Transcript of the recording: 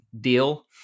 deal